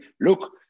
look